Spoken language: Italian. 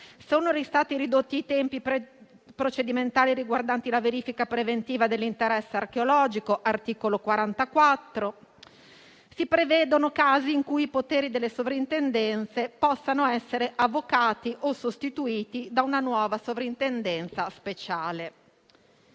sono stati ridotti i tempi procedimentali riguardanti la verifica preventiva dell'interesse archeologico (articolo 44); si prevedono casi in cui i poteri delle sovrintendenze possano essere avocati o sostituiti da una nuova sovrintendenza speciale.